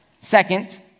Second